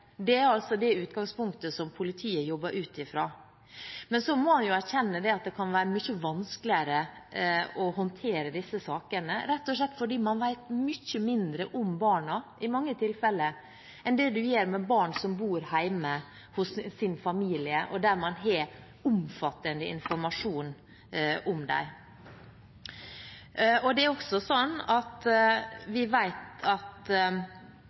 Det er det utgangspunktet som politiet jobber ut ifra. Så må man erkjenne at det kan være mye vanskeligere å håndtere disse sakene, rett og slett fordi man vet mye mindre om disse barna, i mange tilfeller, enn man gjør om barn som bor hjemme hos sin familie, og hvor man har omfattende informasjon om dem. Vi vet også at når det gjelder barnets identitet, kan det være forhold rundt det som er